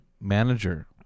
manager